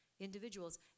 individuals